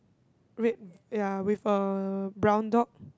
red ya with a brown dog